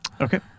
Okay